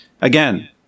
again